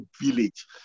village